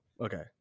okay